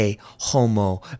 homo